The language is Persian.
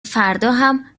فرداهم